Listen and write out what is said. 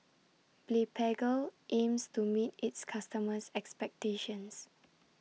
Blephagel aims to meet its customers' expectations